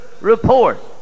report